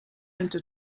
into